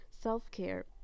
self-care